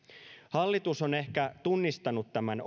hallitus on ehkä tunnistanut tämän